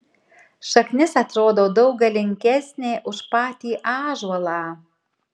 šaknis atrodo daug galingesnė už patį ąžuolą